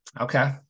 Okay